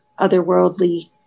otherworldly